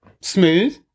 smooth